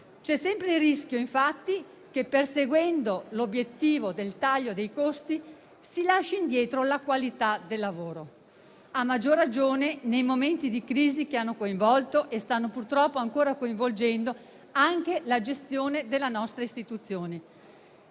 C'è sempre il rischio, infatti, che, perseguendo l'obiettivo del taglio dei costi, si lasci indietro la qualità del lavoro, a maggior ragione nei momenti di crisi che hanno coinvolto e stanno purtroppo ancora coinvolgendo anche la gestione della nostra istituzione.